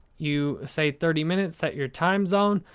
you say thirty minutes, set your time zone.